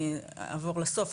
אני אעבור לסוף,